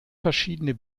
verschiedene